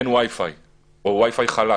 אין wi fi, או wi fi חלש.